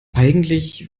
eigentlich